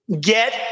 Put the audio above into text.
get